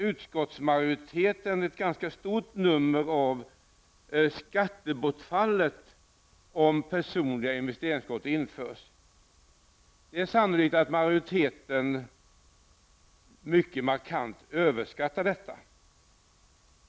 Utskottsmajoriteten gör ett ganska stort nummer av skattebortfallet, om personliga investeringskonton införs. Det är sannolikt att majoriteten mycket markant överskattar detta.